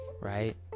right